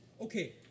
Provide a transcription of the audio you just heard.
Okay